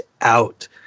out